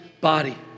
body